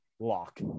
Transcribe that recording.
Lock